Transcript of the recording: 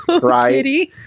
Right